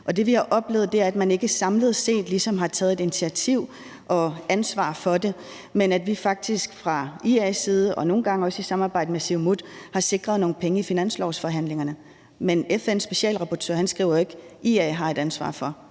Det, vi har oplevet, er, at man ikke samlet set ligesom har taget et initiativ og taget ansvar for det, men at vi faktisk fra IA's side – og nogle gange også i samarbejde med Siumut – har sikret nogle penge i finanslovsforhandlingerne. Men FN's specialrapportør skriver ikke, at IA har et ansvar for